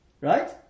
right